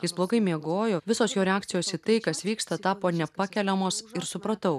jis blogai miegojo visos jo reakcijos į tai kas vyksta tapo nepakeliamos ir supratau